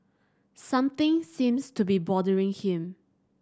something seems to be bothering him